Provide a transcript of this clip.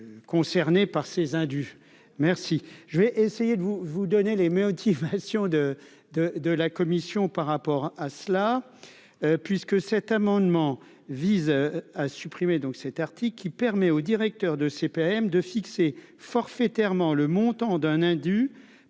Concernés par ces indus, merci, je vais essayer de vous donner les motivations de, de, de la commission par rapport à cela puisque cet amendement vise à supprimer donc cet article qui permet aux directeurs de CPAM de fixer forfaitairement le montant d'un indu